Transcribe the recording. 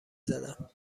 زدم